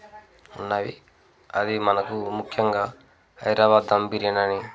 ఉన్నవి అది మనకు ముఖ్యంగా హైదరాబాద్ ధమ్ బిర్యానీ అని